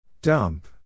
Dump